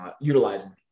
utilizing